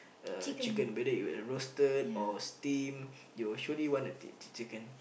a chicken whether you want roasted or steam you will surely want a chicken